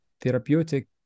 therapeutic